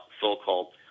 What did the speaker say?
so-called